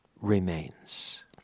remains